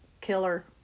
killer